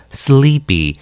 sleepy